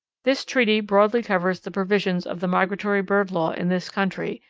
this treaty broadly covers the provisions of the migratory bird law in this country,